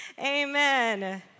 amen